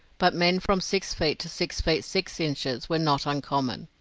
but men from six feet to six feet six inches were not uncommon.